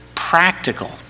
practical